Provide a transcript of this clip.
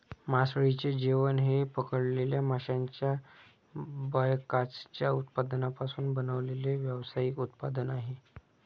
मासळीचे जेवण हे पकडलेल्या माशांच्या बायकॅचच्या उत्पादनांपासून बनवलेले व्यावसायिक उत्पादन आहे